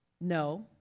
No